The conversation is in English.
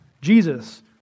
Jesus